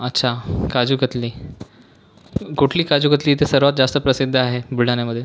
अच्छा काजूकतली कुठली काजूकतली इथे सर्वात जास्त प्रसिद्ध आहे बुलढाण्यामध्ये